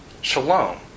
Shalom